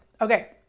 Okay